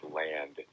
land